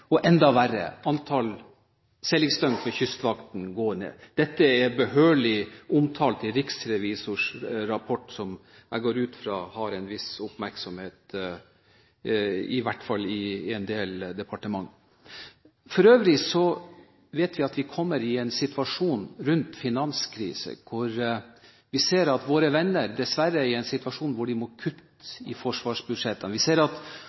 og, enda verre; at antall seilingsdøgn for Kystvakten går ned. Dette er behørig omtalt i Riksrevisjonens rapport, som jeg går ut fra får en viss oppmerksomhet, i hvert fall i en del departementer. For øvrig vet vi at vi kommer i en situasjon rundt finanskriser, der våre venner dessverre må kutte i forsvarsbudsjettene. Vi ser at vår nærmeste alliansepartner, NATO, står til knærne i